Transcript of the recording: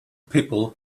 people